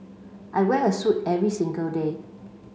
I wear a suit every single day